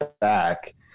back